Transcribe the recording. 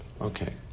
Okay